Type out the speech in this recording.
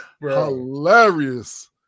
hilarious